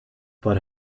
but